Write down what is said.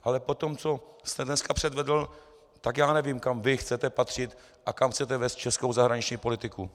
Ale po tom, co jste dneska předvedl, tak já nevím, kam vy chcete patřit a kam chcete vést českou zahraniční politiku.